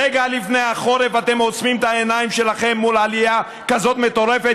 רגע לפני החורף אתם עוצמים את העיניים שלכם מול עלייה כזאת מטורפת?